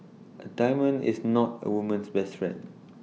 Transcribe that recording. A diamond is not A woman's best friend